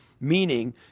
meaning